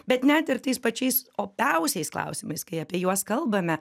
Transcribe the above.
bet net ir tais pačiais opiausiais klausimais kai apie juos kalbame